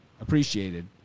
Appreciated